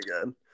again